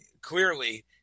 clearly